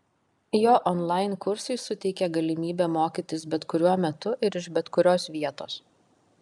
jo onlain kursai suteikė galimybę mokytis bet kuriuo metu ir iš bet kurios vietos